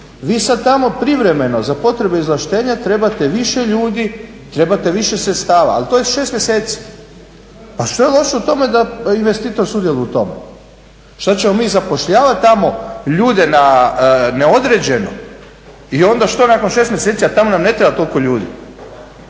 vi sada tamo privremeno za potrebe izvlaštenja trebate više ljude, trebate više sredstava ali to je 6 mjeseci. Pa što je loše u tome da investitor sudjeluje u tome? Šta ćemo mi zapošljavat tamo ljude na neodređeno i onda šta nakon 6 mjeseci, a tamo nam ne treba toliko ljudi,